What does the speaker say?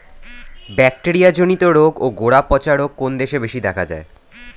Bacteria জনিত রোগ ও গোড়া পচা রোগ কোন দেশে বেশি দেখা যায়?